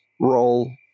role